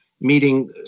meeting